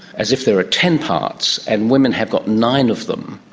as if there are ten parts, and women have got nine of them.